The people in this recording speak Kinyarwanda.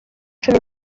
cumi